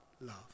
Love